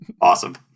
awesome